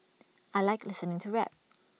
I Like listening to rap